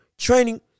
Training